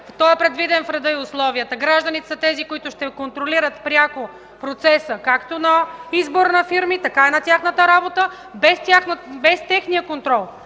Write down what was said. в регламента, в реда и условията. Гражданите са тези, които ще контролират пряко процеса както на избор на фирми, така и на тяхната работа. Без техния контрол,